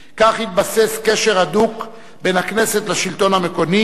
כך התבסס קשר הדוק בין הכנסת לשלטון המקומי,